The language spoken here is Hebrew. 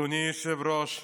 אדוני היושב-ראש,